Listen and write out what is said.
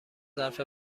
ظرف